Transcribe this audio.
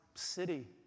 city